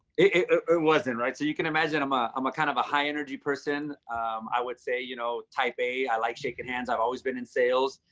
it wasn't right. so you can imagine um ah um what kind of a high energy person i would say, you know, type a, i like shaking hands. i've always been in sales.